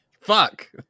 Fuck